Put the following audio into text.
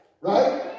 Right